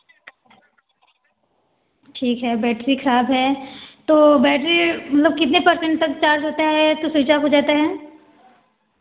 ठीक है बैटरी खराब है तो बैटरी में कितने पर सेंट तक चार्ज होता है फिर स्विच ऑफ हो जाता है